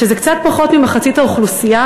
שזה קצת פחות ממחצית האוכלוסייה,